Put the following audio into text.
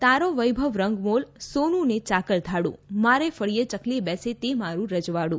તારો વૈભવ રંગમોલ સોનું ને ચાકર ધાડું મારે ફળીએ ચકલી બેસે તે મારું રજવાડું